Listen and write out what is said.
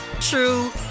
true